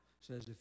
says